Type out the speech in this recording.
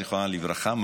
זיכרונה לברכה.